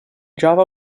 java